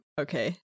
Okay